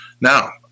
Now